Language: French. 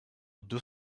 deux